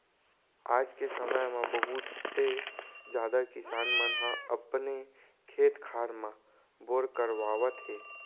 आज के समे म बहुते जादा किसान मन ह अपने खेत खार म बोर करवावत हे